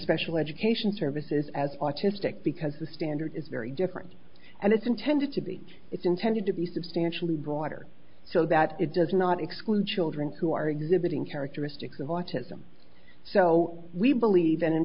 special education services as autistic because the standard is very different and it's intended to be it's intended to be substantially broader so that it does not exclude children who are exhibiting characteristics of autism so we believe and in